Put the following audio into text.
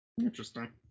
Interesting